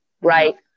right